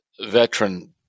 veteran